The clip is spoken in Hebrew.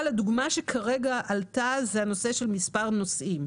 דוגמה שכרגע עלתה היא הנושא של מספר נוסעים.